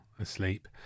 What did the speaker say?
asleep